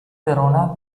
verona